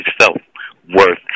self-worth